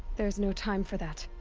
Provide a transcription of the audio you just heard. there's no time for that.